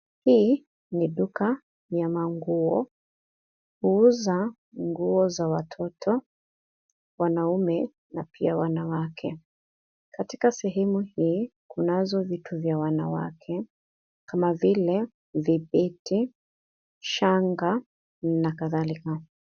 Hii ni duka ya manguo. Huuza nguo za watoto ,wanaume, na pia wanawake . Katika sehemu hii, kunazo vitu vya wanawake kama vile vibeti, shanga na kadhalika.